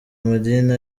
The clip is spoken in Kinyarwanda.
amadini